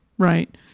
Right